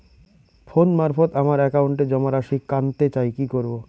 Phone মারফত আমার একাউন্টে জমা রাশি কান্তে চাই কি করবো?